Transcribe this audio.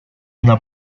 una